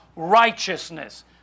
righteousness